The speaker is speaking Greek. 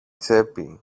τσέπη